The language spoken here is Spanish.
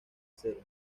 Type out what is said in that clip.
cero